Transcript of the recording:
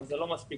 אבל זה לא מספיק.